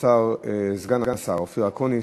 סגן השר אופיר אקוניס.